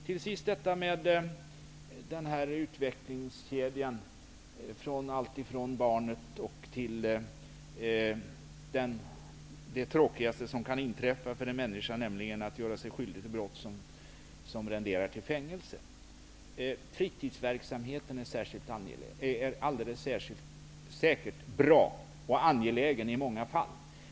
Till sist till utvecklingskedjan från barndom till det tråkigaste som kan inträffa för en människa, nämligen att man gör sig skyldig till brott som renderar fängelsestraff. Fritidsverksamhet är alldeles säkert bra och angelägen i många fall.